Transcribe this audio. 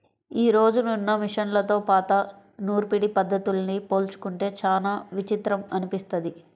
యీ రోజునున్న మిషన్లతో పాత నూర్పిడి పద్ధతుల్ని పోల్చుకుంటే చానా విచిత్రం అనిపిస్తది